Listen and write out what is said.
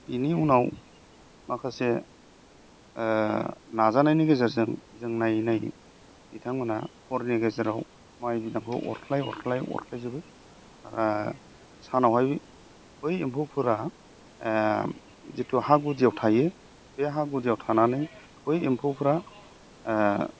बिनि उनाव माखासे नाजानायनि गेजेरजों जों नायै नायै बिथांमोनहा हरनि गेजेराव माइ बिदांखौ अरख्लाय अरख्लाय अरख्लायजोबो आरो सानावहाय बै एम्फौफोरा जिथु हा गुदियाव थायो बे हा गुदियाव थानानै बै एम्फौफ्रा